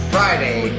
Friday